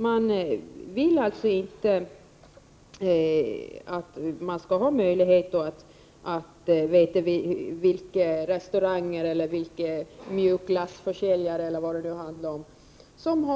Man vill alltså inte att det skall finnas möjligheter att få reda på exempelvis vilka restauranger eller mjukglassförsäljare som gör vad som